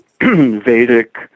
Vedic